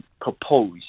propose